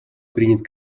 принят